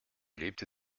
lebte